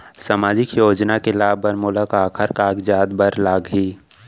सामाजिक योजना के लाभ बर मोला काखर कागजात बर लागही?